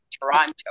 Toronto